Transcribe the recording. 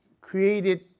created